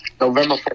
November